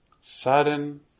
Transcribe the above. Sudden